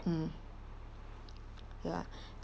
mm ya